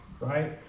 right